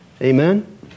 Amen